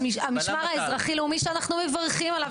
המשמר האזרחי לאומי שאנחנו מברכים עליו,